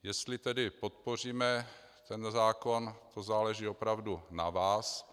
Jestli tedy podpoříme tento zákon, to záleží opravdu na vás.